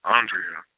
Andrea